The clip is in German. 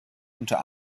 unter